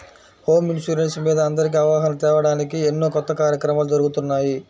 home insurance మీద అందరికీ అవగాహన తేవడానికి ఎన్నో కొత్త కార్యక్రమాలు జరుగుతున్నాయి